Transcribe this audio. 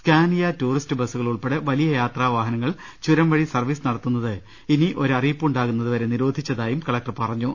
Scania tourist ബസുകൾ ഉൾപ്പെടെ വലിയ യാത്രാ വാഹന ങ്ങൾ ചൂരം വഴി സർവീസ് നടത്തുന്നത് ഇനി ഒരറിയിപ്പുണ്ടാകുന്ന തുവരെ നിരോധിച്ചതായി കളക്ടർ അറിയിച്ചു